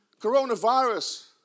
Coronavirus